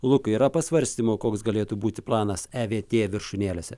lukai yra pasvarstymų koks galėtų būti planas evt viršūnėlėse